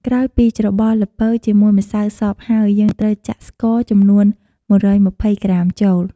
ក្រោយពីច្របល់ល្ពៅជាមួយម្សៅសព្វហើយ យើងត្រូវចាក់ស្ករចំនួន ១២០ក្រាមចូល។